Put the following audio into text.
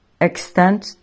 extend